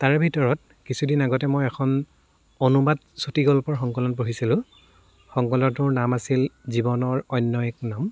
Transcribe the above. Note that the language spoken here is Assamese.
তাৰে ভিতৰত কিছুদিন আগতে মই এখন অনুবাদ চুটি গল্পৰ সংকলন পঢ়িছিলোঁ সংকলটোৰ নাম আছিল জীৱনৰ অন্য এক নাম